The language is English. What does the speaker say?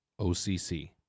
OCC